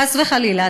חס וחלילה,